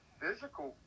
physical